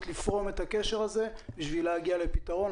לפרום את הקשר הזה בשביל להגיע לפתרון.